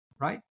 right